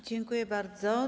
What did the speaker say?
Dziękuję bardzo.